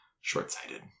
short-sighted